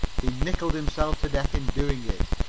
he nickeled himself to death in doing it.